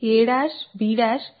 Dab D